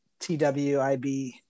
TWIB